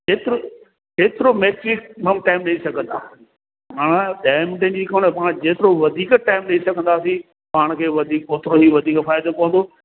जेतिरो जेतिरो maximum time ॾेई सघंदा हा ॾहें मिंटे जी कोन पोइ हाणे जेतिरो वधीक टाईम ॾेई सघंदुसि पाण खे वधीक ओतिरो ई वधीक फ़ाइदो पवंदो